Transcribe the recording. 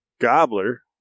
gobbler